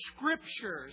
scriptures